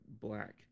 black